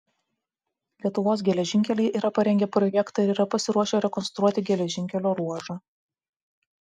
lietuvos geležinkeliai yra parengę projektą ir yra pasiruošę rekonstruoti geležinkelio ruožą